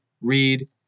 read